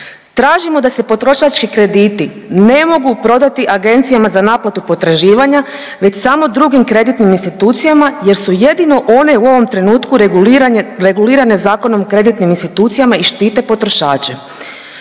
tražimo da se potrošački krediti ne mogu prodati agencijama za naplatu potraživanja već samo drugim kreditnim institucijama jer su jedino one u ovom trenutku regulirane Zakonom o kreditnim institucijama i štite potrošače.